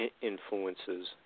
influences